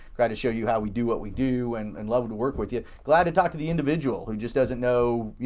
glad to show you how we do what we do and and love to work with you. glad to talk to the individual who just doesn't know,